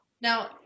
Now